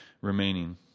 remaining